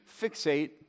fixate